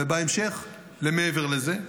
ובהמשך, למעבר לזה.